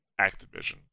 Activision